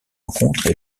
rencontres